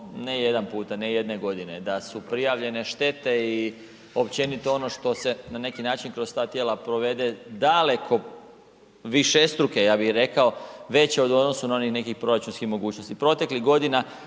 ne jedan puta, ne jedne godine, da su prijavljene štete i općenito ono što se na neki način kroz ta tijela provede, daleko višestruke ja bi rekao veće u odnosu od onih nekih proračunskih mogućnosti, proteklih godina